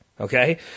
okay